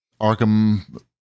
Arkham